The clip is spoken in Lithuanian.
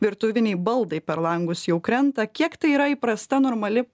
virtuviniai baldai per langus jau krenta kiek tai yra įprasta normali